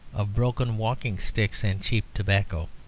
of broken walking-sticks and cheap tobacco.